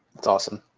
it's awesome.